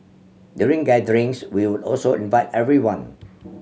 during gatherings we would also invite everyone